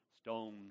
stone